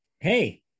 hey